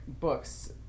books